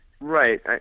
Right